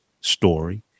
story